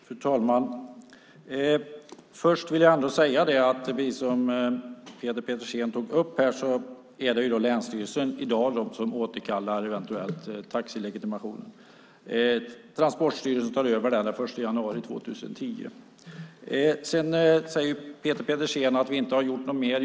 Fru talman! Först vill jag säga att som Peter Pedersen tog upp är det länsstyrelsen som i dag återkallar taxilegitimationer. Transportstyrelsen tar över det ansvaret den 1 januari 2010. Peter Pedersen säger att vi inte har gjort något mer.